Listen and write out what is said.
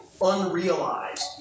unrealized